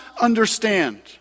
understand